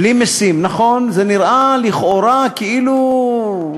בלי משים, נכון, זה נראה לכאורה, כאילו,